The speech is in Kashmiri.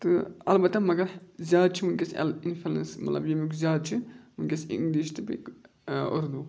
تہٕ البتہ مگر زیادٕ چھِ وٕنۍکٮ۪س اےٚ اِنفٕلنس مطلب ییٚمیُک زیادٕ چھِ وٕنۍکٮ۪س اِنٛگلِش تہٕ بیٚیہِ اُردو